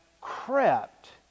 crept